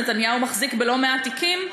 נתניהו מחזיק בלא מעט תיקים,